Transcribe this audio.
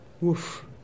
Woof